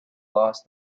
lost